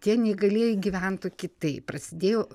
tie neįgalieji gyventų kitaip prasidėjo